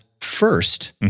first